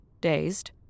dazed